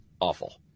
awful